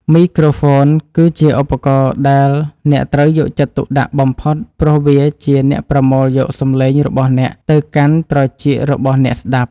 មីក្រូហ្វូនគឺជាឧបករណ៍ដែលអ្នកត្រូវយកចិត្តទុកដាក់បំផុតព្រោះវាជាអ្នកប្រមូលយកសំឡេងរបស់អ្នកទៅកាន់ត្រចៀករបស់អ្នកស្តាប់។